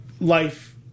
Life